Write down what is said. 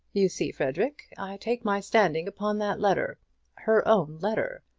you see, frederic, i take my standing upon that letter her own letter.